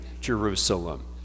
Jerusalem